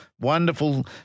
wonderful